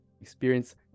experience